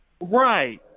Right